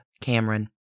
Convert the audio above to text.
Cameron